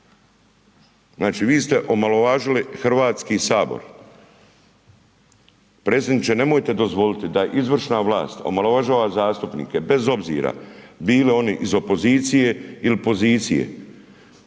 znači vi ste omalovažili Hrvatski sabor. Predsjedniče nemojte dozvoliti da izvršna vlast omalovažava zastupnike bez obzira bili oni iz opozicije ili pozicije.